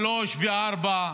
שלוש וארבע,